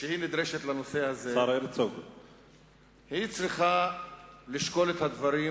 כשהיא נדרשת לנושא הזה, צריכה לשקול את הדברים